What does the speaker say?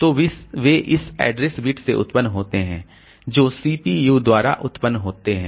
तो वे इस एड्रेस बिट्स से उत्पन्न होते हैं जो सीपीयू द्वारा उत्पन्न होते हैं